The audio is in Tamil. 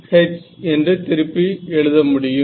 H என்று திருப்பி எழுத முடியும்